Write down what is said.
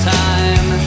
time